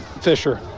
Fisher